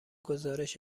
گزارش